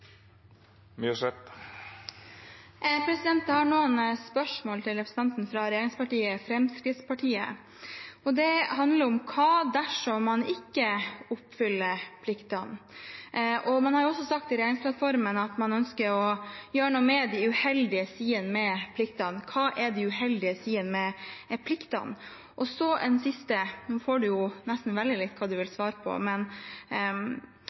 har noen spørsmål til representanten fra regjeringspartiet Fremskrittspartiet. Det handler om: Hva dersom man ikke oppfyller pliktene? Man har også sagt i regjeringsplattformen at man ønsker å gjøre noe med de uheldige sidene ved pliktene. Hva er de uheldige sidene ved pliktene? Og så et siste spørsmål – representanten får nesten velge hva han vil svare på: